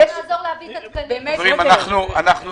אתה תחתום ואנחנו נעזור להם להביא את התקנים.